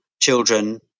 children